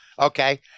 Okay